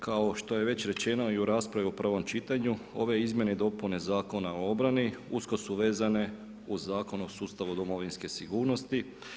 Kao što je već rečeno i u raspravi u prvom čitanju, ove izmjene i dopune Zakona o obrani, usko su vezne uz Zakon uz sustav domovinske sigurnosti.